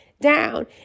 down